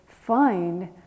find